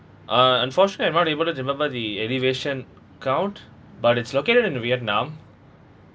uh unfortunately I'm not able to remember the elevation count but it's located in vietnam